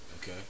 Okay